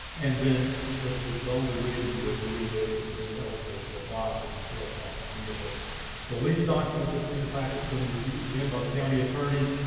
and then the the only reason we are doing this is to be eligible to apply for the sales tax reverse the lease document that's in your packets been reviewed again by the county attorney,